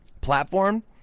platform